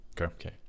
Okay